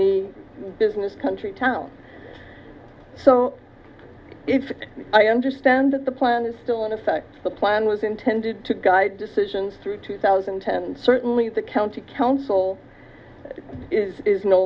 the business country town so if i understand that the plan is still in effect the plan was intended to guide decisions through two thousand and ten certainly the county council is is no